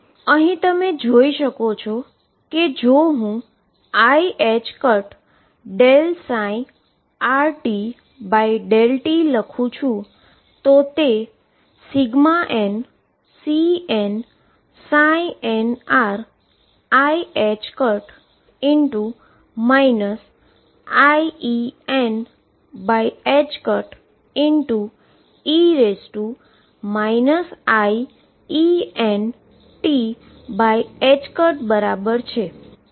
અહી તમે જોઈ શકો છો કે જો હું iℏ∂ψrt∂t લખુ છુ તો તે nCnnriℏ iEne iEntબરાબર થશે